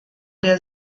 der